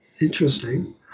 interesting